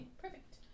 perfect